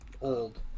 old